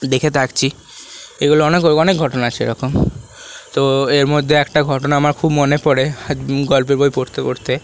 দেখে থাকছি এগুলো অনেক ঘটনা আছে এরকম তো এর মধ্যে একটা ঘটনা আমার খুব মনে পড়ে গল্পের বই পড়তে পড়তে